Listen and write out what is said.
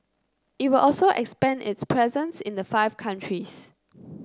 it will also expand its presence in the five countries